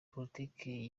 politiki